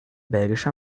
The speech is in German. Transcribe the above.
belgischer